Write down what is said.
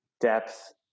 depth